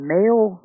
Male